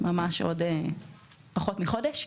עוד פחות מחודש,